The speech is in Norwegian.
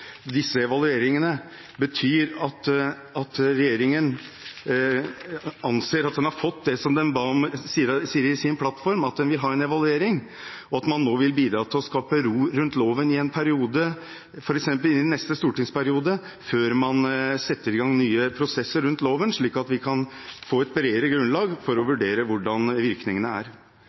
disse evalueringene betyr at regjeringen anser at den har fått det som den sier i sin plattform, at den vil ha en evaluering, og at man nå vil bidra til å skape ro rundt loven i en periode, f.eks. inn i neste stortingsperiode, før man setter i gang nye prosesser rundt loven, slik at vi kan få et bredere grunnlag for å vurdere hvordan virkningene er.